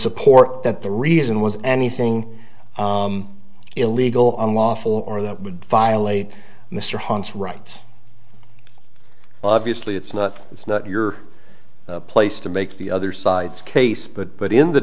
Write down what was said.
support that the reason was anything illegal unlawful or that would violate mr hunt's rights obviously it's not it's not your place to make the other side's case but what in the